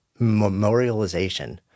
memorialization